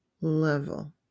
level